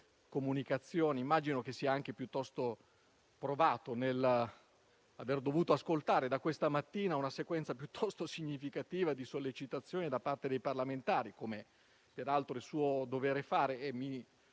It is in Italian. Immagino che sia piuttosto provato per aver dovuto ascoltare da questa mattina una sequenza significativa di sollecitazioni da parte dei parlamentari, come peraltro è suo dovere fare.